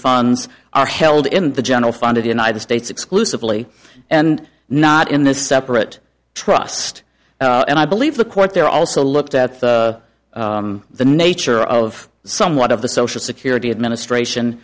funds are held in the general fund of the united states exclusively and not in this separate trust and i believe the court there also looked at the nature of somewhat of the social security administration